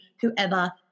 whoever